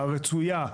הרצויה,